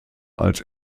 als